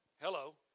Hello